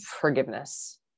forgiveness